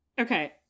Okay